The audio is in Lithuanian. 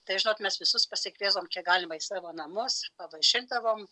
tai žinot mes visus pasikviesdavom kiek galima į savo namus pavaišindavom